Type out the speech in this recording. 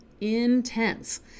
intense